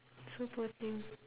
so poor thing